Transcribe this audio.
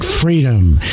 freedom